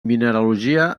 mineralogia